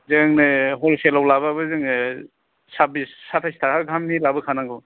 जोंनो हलसेलाव लाबाबो जोङो साबिस साताइस थाखा गाहामनि लाबो खानांगौ